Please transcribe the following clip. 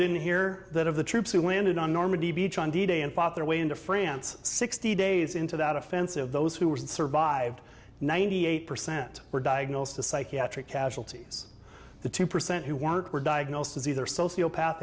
didn't hear that of the troops who landed on normandy beach on d day and fought their way into france sixty days into that offensive those who were survived ninety eight percent were diagnosed a psychiatric casualties the two percent who weren't were diagnosed as either sociopath